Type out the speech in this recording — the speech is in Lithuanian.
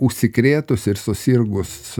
užsikrėtus ir susirgus